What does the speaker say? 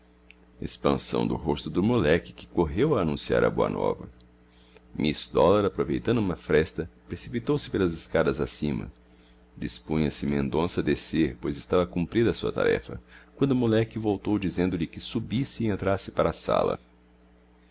expansão do rosto do moleque que correu a anunciar a boa nova miss dollar aproveitando uma fresta precipitou-se pelas escadas acima dispunha-se mendonça a descer pois estava cumprida a sua tarefa quando o moleque voltou dizendo-lhe que subisse e entrasse para a sala